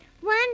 one